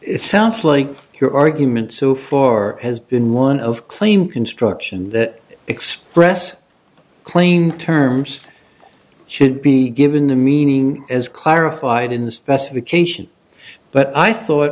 it sounds like your argument so far has been one of claim construction that express claim terms should be given the meaning as clarified in the specification but i thought